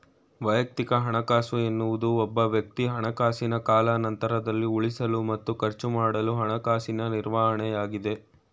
ವೈಯಕ್ತಿಕ ಹಣಕಾಸು ಎನ್ನುವುದು ಒಬ್ಬವ್ಯಕ್ತಿ ಹಣಕಾಸಿನ ಕಾಲಾನಂತ್ರದಲ್ಲಿ ಉಳಿಸಲು ಮತ್ತು ಖರ್ಚುಮಾಡಲು ಹಣಕಾಸಿನ ನಿರ್ವಹಣೆಯಾಗೈತೆ